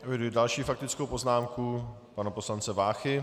Eviduji další faktickou poznámku pana poslance Váchy.